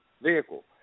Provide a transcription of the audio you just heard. Vehicle